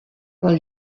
pel